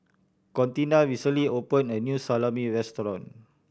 Contina recently opened a new Salami Restaurant